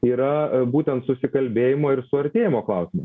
tai yra būtent susikalbėjimo ir suartėjimo klausimą